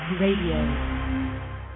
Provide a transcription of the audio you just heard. Radio